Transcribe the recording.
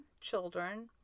children